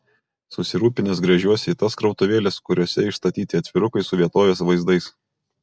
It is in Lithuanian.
susirūpinęs gręžiuosi į tas krautuvėles kuriose išstatyti atvirukai su vietovės vaizdais